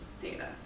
data